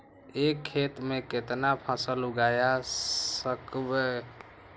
एक खेत मे केतना फसल उगाय सकबै?